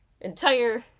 entire